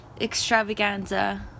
extravaganza